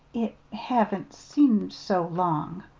it haven't seemed so long